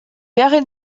wäre